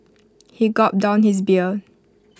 he gulped down his beer